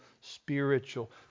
spiritual